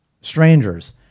strangers